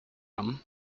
him